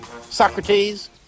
Socrates